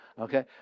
Okay